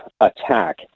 attack